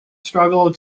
struggle